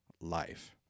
life